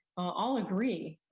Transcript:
all agree